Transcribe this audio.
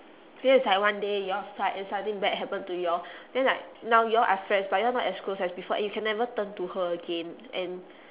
feels like one day you all fight and something bad happen to you all then like now you all are friends but you are not as close as before and you can never turn to her again and